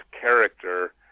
character